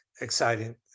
Exciting